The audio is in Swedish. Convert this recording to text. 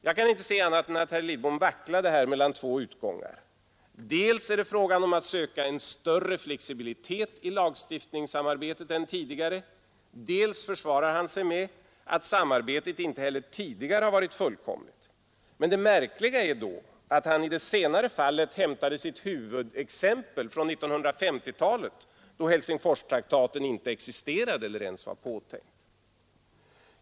Jag kan inte se annat än att herr Lidbom vacklade mellan två utgångar. Dels var det fråga om att söka en större flexibilitet i lagstiftningssamarbetet än tidigare, dels försvarade han sig med att samarbetet inte heller tidigare hade varit fullkomligt. Det märkliga var emellertid att han i det senare fallet hämtade sitt huvudexempel från 1950-talet, då Helsingforstraktaten inte existerade eller ens var påtänkt.